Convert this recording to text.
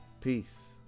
Peace